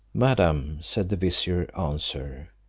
madam, said the vizier answer,